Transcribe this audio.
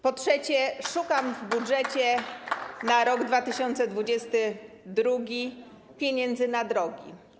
Po trzecie, szukam w budżecie na rok 2022 pieniędzy na drogi.